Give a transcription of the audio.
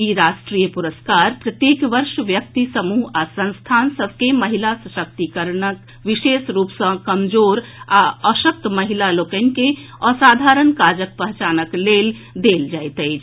ई राष्ट्रीय पुरस्कार प्रत्येक वर्ष व्यक्ति समूह आ संस्थान सभ के महिला सशक्तिकरण विशेष रूप सँ कमजोर आ अशक्त महिला लोकनिक असाधारण काजक पहचानक लेल देल जाइत अछि